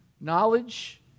Knowledge